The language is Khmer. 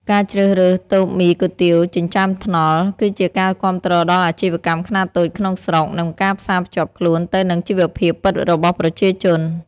ការជ្រើសរើសតូបមីគុយទាវចិញ្ចើមថ្នល់ គឺជាការគាំទ្រដល់អាជីវកម្មខ្នាតតូចក្នុងស្រុក និងការផ្សារភ្ជាប់ខ្លួនទៅនឹងជីវភាពពិតរបស់ប្រជាជន។